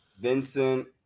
Vincent